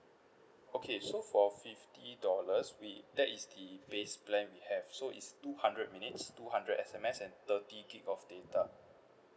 okay so for fifty dollars we that is the base plan we have so it's two hundred minutes two hundred S_M_S and thirty gig of data